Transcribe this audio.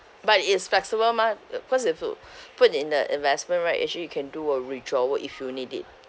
but it's flexible mah uh cause if you put in the investment right actually you can do a withdrawal if you need it